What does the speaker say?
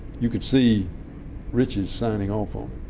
you could see rich's signing off on